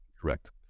correct